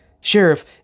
Sheriff